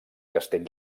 castell